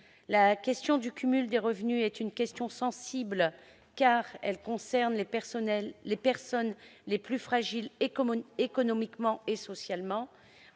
La question du cumul des revenus est une question sensible, car elle concerne les personnes les plus fragiles économiquement et socialement.